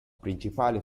principale